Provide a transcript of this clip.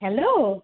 hello